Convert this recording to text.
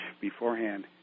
beforehand